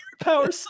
Power